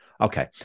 Okay